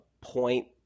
point